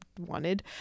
wanted